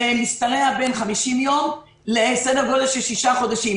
זה בין 50 יום לכשישה חודשים,